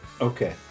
Okay